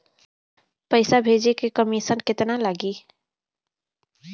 पैसा भेजे में कमिशन केतना लागि?